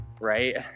right